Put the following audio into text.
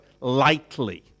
lightly